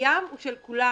הים הוא של כולם